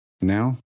Now